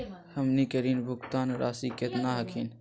हमनी के ऋण भुगतान रासी केतना हखिन?